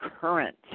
current